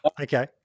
okay